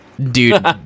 dude